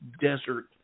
Desert